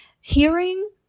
hearing